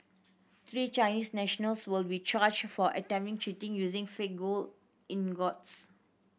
three Chinese nationals will be charged for attempting cheating using fake gold ingots